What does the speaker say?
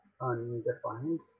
undefined